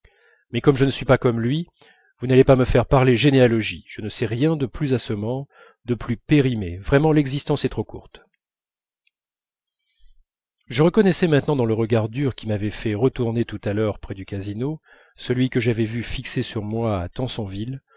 mais comme je ne suis pas comme lui vous n'allez pas me faire parler généalogie je ne sais rien de plus assommant de plus périmé vraiment l'existence est trop courte je reconnaissais maintenant dans le regard dur qui m'avait fait retourner tout à l'heure près du casino celui que j'avais vu fixé sur moi à